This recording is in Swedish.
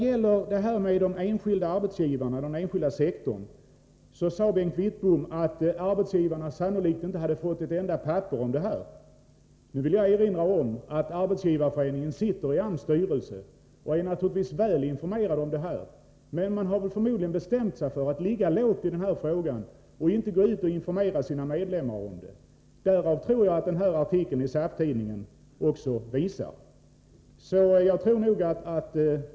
Bengt Wittbom sade att arbetsgivarna på den enskilda sektorn sannolikt inte hade fått ett enda papper om ungdomslagen. Jag vill erinra om att Arbetsgivareföreningen är företrädd i AMS styrelse och naturligtvis är väl informerad om möjligheterna att placera ungdomarna också på enskilda arbetsplatser. Men förmodligen har Arbetsgivareföreningen bestämt sig för att ligga lågt i frågan och inte gå ut och informera sina medlemmar. Det tror jag att den tidigare nämnda artikeln i SAF-tidningen visar.